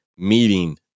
meeting